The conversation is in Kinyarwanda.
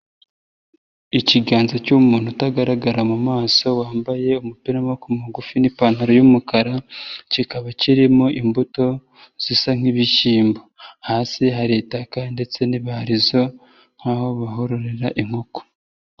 Ikiganza cy'umuntu utagaragara mu maso, wambaye umupirama w'amaboko mugufi n'ipantaro y'umukara, kikaba kirimo imbuto, zisa nk'ibishyimbo, hasi hari itaka ndetse n'ibarizo nk'aho bahororera inkoko.